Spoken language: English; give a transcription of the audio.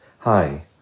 Hi